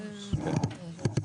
זה המצב היום.